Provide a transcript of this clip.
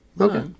okay